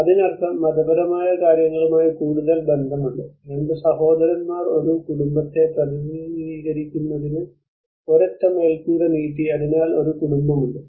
അതിനർത്ഥം മതപരമായ കാര്യങ്ങളുമായി കൂടുതൽ ബന്ധമുണ്ട് രണ്ട് സഹോദരന്മാർ ഒരു കുടുംബത്തെ പ്രതിനിധീകരിക്കുന്നതിന് ഒരൊറ്റ മേൽക്കൂര നീട്ടി അതിനാൽ ഒരു കുടുംബമുണ്ട്